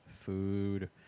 food